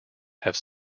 have